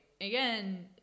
again